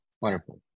Wonderful